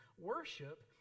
Worship